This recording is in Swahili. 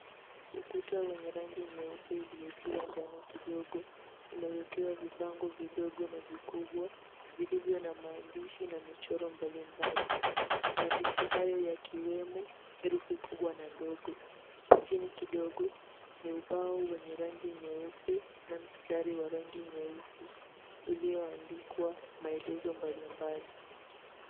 Ukuta wenye rangi nyeupe iliyotiwa njano kidogo umewekewa vipango vidogo na vikubwa vilivyo na maandishi na michoro mbalimbali. Maandishi hayo yakiwemo herufi kubwa na ndogo. Chini kidogo ni ubao wenye rangi nyeupe na mstari wa rangi nyeusi ulioandikwa maelezo mbalimbali.